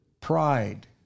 pride